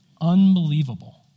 unbelievable